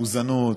איזון,